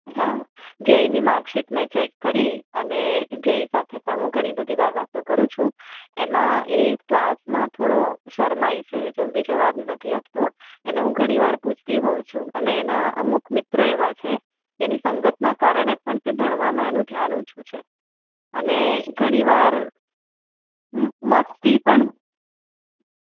હા ધ્યેયની માર્કશીટ મેં ચેક કરી અને ધ્યેય સાથે પણ હું ઘણી બધી વાર વાતો કરું છું એમાં એ ક્લાસમાં થોડો શરમાય છે એ જલ્દી જવાબ નથી આપતો એને હું ઘણીવાર પૂછતી હોઉં છું અને એના અમુક મિત્રો એવા છે જેની સંગતના કારણે પણ તે ભણવામાં એનું ધ્યાન ઓછું છે અને ઘણીવાર મસ્તી પણ